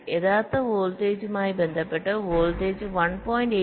യഥാർത്ഥ വോൾട്ടേജുമായി ബന്ധപ്പെട്ട് വോൾട്ടേജ് 1